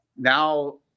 now